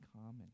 common